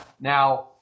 Now